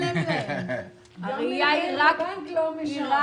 גם מנהל הבנק לא משם.